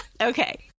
Okay